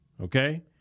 Okay